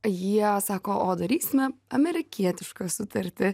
jie sako o darysime amerikietišką sutartį